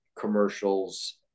commercials